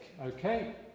Okay